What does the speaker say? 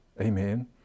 Amen